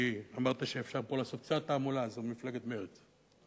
אמרת שאפשר לעשות פה קצת תעמולה, היא מפלגת מרצ.